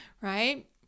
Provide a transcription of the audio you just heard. right